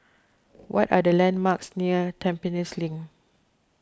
what are the landmarks near Tampines Link